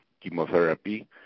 chemotherapy